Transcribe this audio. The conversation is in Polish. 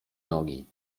nogi